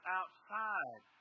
outside